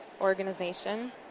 organization